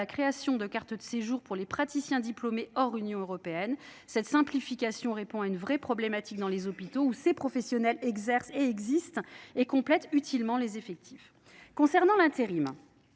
création de cartes de séjour pour les praticiens diplômés hors Union européenne. Cette simplification répond à une véritable problématique dans les hôpitaux, où ces professionnels complètent utilement les effectifs. Concernant l’intérim,